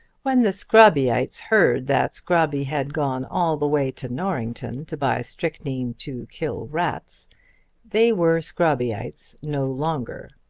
when the scrobbyites heard that scrobby had gone all the way to norrington to buy strychnine to kill rats they were scrobbyites no longer.